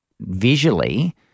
Visually